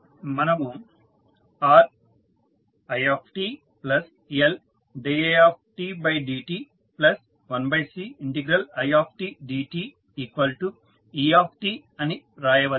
మనము RitLdidt1Cidte అని రాయవచ్చు